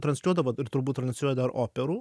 transliuodavo ir turbūt transliuoja dar operų